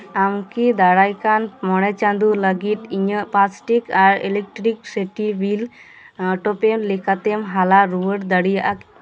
ᱟᱢ ᱠᱤ ᱫᱟᱨᱟᱭᱠᱟᱱ ᱢᱚᱲᱮ ᱪᱟᱸᱫᱳ ᱞᱟᱹᱜᱤᱫ ᱤᱧᱟᱹᱜ ᱯᱟᱥᱴᱤᱜ ᱟᱨ ᱤᱞᱮᱠᱴᱨᱤᱥᱤᱴᱤ ᱵᱤᱞ ᱚᱴᱚᱯᱮ ᱞᱮᱠᱟᱛᱮᱢ ᱦᱟᱞᱟ ᱨᱩᱣᱟᱹᱲ ᱫᱟᱲᱮᱭᱟᱜᱼᱟ